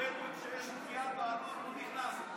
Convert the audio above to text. הבדואים, כשיש תביעת בעלות לא נכנס.